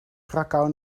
krakau